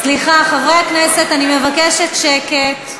סליחה, חברי הכנסת, אני מבקשת שקט.